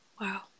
Wow